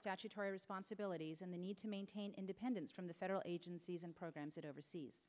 statutory responsibility these and the need to maintain independence from the federal agencies and programs that oversees